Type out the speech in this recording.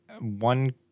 one